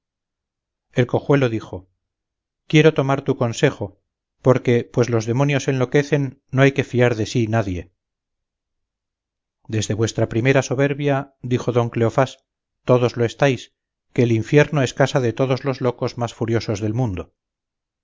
el cojuelo dijo quiero tomar tu consejo porque pues los demonios enloquecen no hay que fiar de sí nadie desde vuestra primera soberbia dijo don cleofás todos lo estáis que el infierno es casa de todos los locos más furiosos del mundo